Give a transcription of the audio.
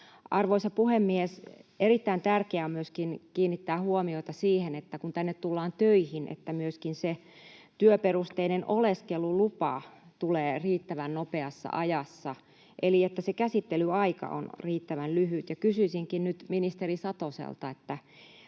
Arvoisa puhemies! Erittäin tärkeää on myöskin kiinnittää huomiota siihen, että kun tänne tullaan töihin, niin myöskin se työperusteinen oleskelulupa tulee riittävän nopeassa ajassa eli se käsittelyaika on riittävän lyhyt, ja kysyisinkin nyt ministeri Satoselta: miten